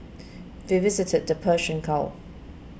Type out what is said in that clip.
we visited the Persian Gulf